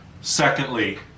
Secondly